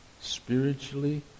spiritually